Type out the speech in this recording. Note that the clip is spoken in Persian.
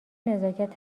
نزاکت